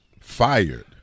fired